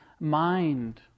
mind